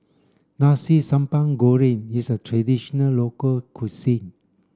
Nasi Sambal Goreng is a traditional local cuisine